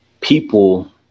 people